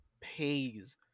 pays